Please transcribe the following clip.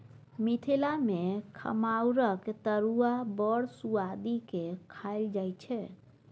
मिथिला मे खमहाउरक तरुआ बड़ सुआदि केँ खाएल जाइ छै